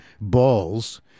Balls